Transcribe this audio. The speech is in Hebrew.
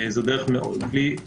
זו דרך מאוד בסיסית,